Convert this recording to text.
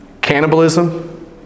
Cannibalism